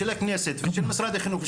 של משרד החינוך,